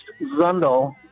zundel